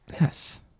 Yes